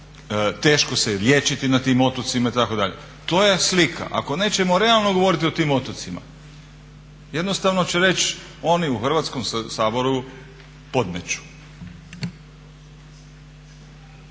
teško se je liječiti na tim otocima itd. To je slika. Ako nećemo realno govoriti o tim otocima, jednostavno će reći oni u Hrvatskom saboru podmeću.